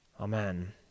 Amen